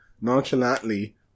nonchalantly